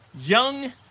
young